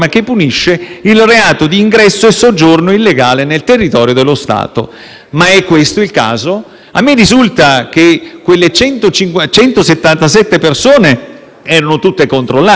A me risulta che quelle 177 persone erano tutte controllate e tutte identificabili e sarebbero state - come poi sono state - inserite nel programma di accoglienza o addirittura